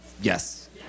yes